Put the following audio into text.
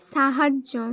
সাহায্য